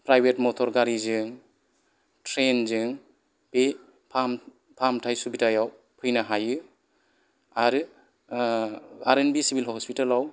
private motor गारिजों ट्रेनजों बे फाहामथाय सुबिदायाव फैनो हायो आरो आर एन बि सिभिल हस्पिटेलाव